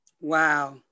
Wow